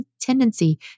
tendency